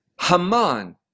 Haman